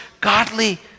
godly